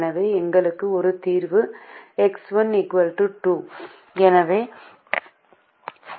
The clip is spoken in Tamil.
எனவே எங்களுக்கு ஒரு தீர்வு X1 2 எக்ஸ் 2 0